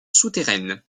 souterraines